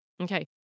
Okay